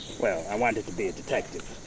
well, i wanted to be a detective.